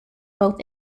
both